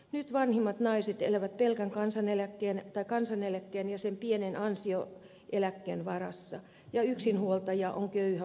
nyt vanhimmat naiset elävät pelkän kansaneläkkeen tai kansaneläkkeen ja sen pienen ansioeläkkeen varassa ja yksinhuoltaja on köyhä vanhanakin